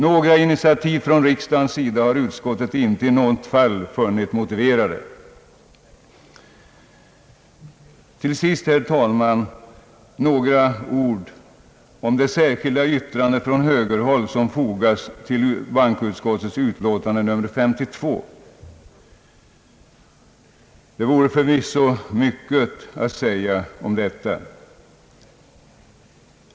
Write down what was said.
Några initiativ från riksdagens sida har utskottet inte i något fall funnit motiverade. Till sist, herr talman, några ord om det särskilda yttrande från högerhåll som fogats till bankoutskottets utlåtande nr 52. Det vore förvisso mycket att säga om detta.